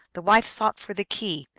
the wife sought for the key,